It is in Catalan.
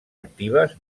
actives